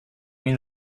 این